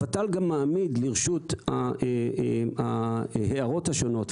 הוות"ל גם מעמיד לרשות ההערות השונות,